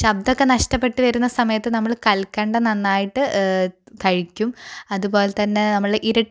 ശബ്ദമൊക്കെ നഷ്ടപ്പെട്ട് വരുന്ന സമയത്ത് നമ്മൾ കൽക്കണ്ടം നന്നായിട്ട് കഴിക്കും അതുപോലെ തന്നെ നമ്മൾ ഇരട്ടി